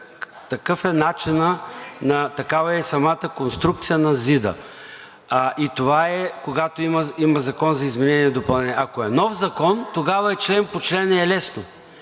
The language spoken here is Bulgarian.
такъв е начинът, такава е самата конструкция на ЗИД-а. Това е, когато има закон за изменение и допълнение. Ако е нов закон, тогава е член по член и е лесно.